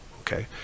okay